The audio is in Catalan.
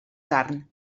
carn